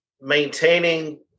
maintaining